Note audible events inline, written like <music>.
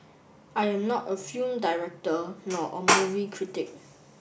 I am not a film director nor a <noise> movie critic